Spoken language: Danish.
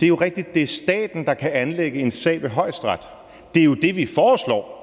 det er rigtigt, at det er staten, der kan anlægge en sag ved Højesteret. Det er jo det, vi foreslår.